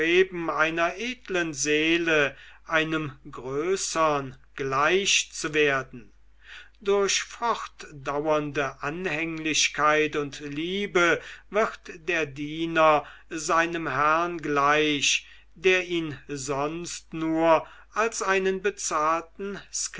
einer edlen seele einem größern gleich zu werden durch fortdauernde anhänglichkeit und liebe wird der diener seinem herrn gleich der ihn sonst nur als einen bezahlten